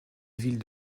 ville